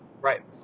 Right